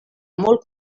molt